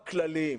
צריך לקבוע כללים,